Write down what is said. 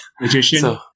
Magician